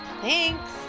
Thanks